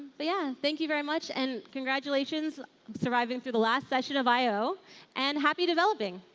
yeah. thank you very much and congratulations surviving through the last session of i o and happy developing.